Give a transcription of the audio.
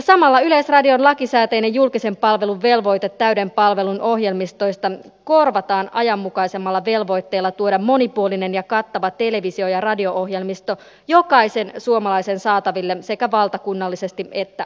samalla yleisradion lakisääteinen julkisen palvelun velvoite täyden palvelun ohjelmistoista korvataan ajanmukaisemmalla velvoitteella tuoda monipuolinen ja kattava televisio ja radio ohjelmisto jokaisen suomalaisen saataville sekä valtakunnallisesti että alueellisesti